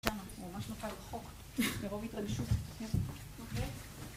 הוא ממש נופל רחוק, מרוב התרגשות